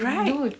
right